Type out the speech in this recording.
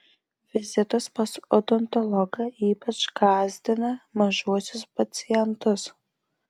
vizitas pas odontologą ypač gąsdina mažuosius pacientus